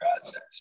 process